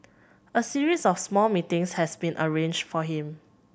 a series of small meetings has been arranged for him